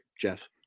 Jeff